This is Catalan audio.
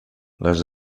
les